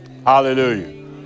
Hallelujah